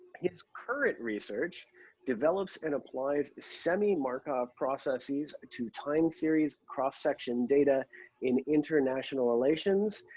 his current research develops and applies semi-markov processes to time series cross-section data in international relations,